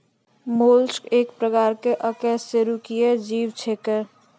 mollusc एक प्रकार के अकेशेरुकीय जीव छेकै